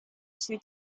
two